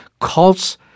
Cults